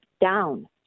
down